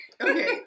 Okay